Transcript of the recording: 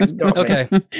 Okay